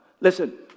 listen